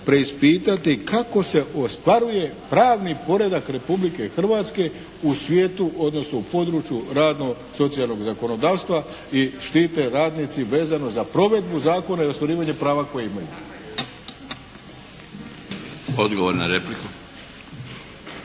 preispitati kako se ostvaruje pravni poredak Republike Hrvatske u svijetu odnosno u području radno socijalnog zakonodavstva i štite radnici vezano za provedbu zakona i ostvarivanje prava koja imaju. …/Upadica: